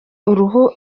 uruhu